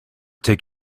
take